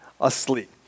asleep